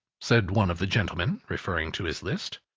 said one of the gentlemen, referring to his list.